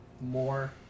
more